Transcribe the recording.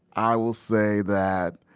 i will say that